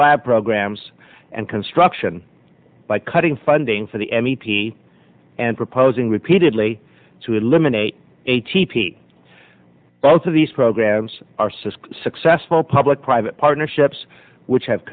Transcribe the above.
lab programs and construction by cutting funding for the m e p and proposing repeatedly to eliminate a t p both of these programs are six successful public private partnerships which have